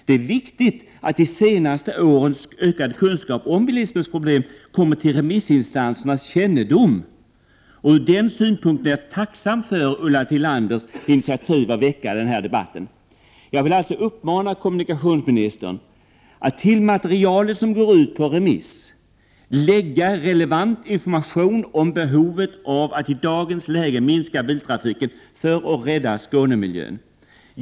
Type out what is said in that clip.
Det är viktigt att de senaste årens ökade kunskap om bilismens problem kommer till remissinstansernas kännedom. Från den synpunkten är jag tacksam för Ulla Tillanders initiativ till den här debatten. Jag vill alltså uppmana kommunikationsministern att till det material som går ut på remiss lägga relevant inormation om behovet av att i dagens läge minska biltrafiken för att rädda Skånemiljön.